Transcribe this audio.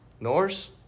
Norse